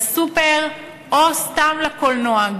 לסופר או סתם לקולנוע,